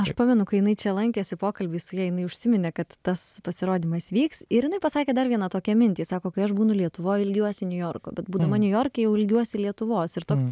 aš pamenu kai jinai čia lankėsi pokalby su ja jinai užsiminė kad tas pasirodymas vyks ir jinai pasakė dar vieną tokią mintį sako kai aš būnu lietuvoj ilgiuosi niujorko bet būdama niujorke jau ilgiuosi lietuvos ir toks